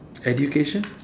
education